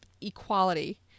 equality